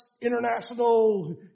international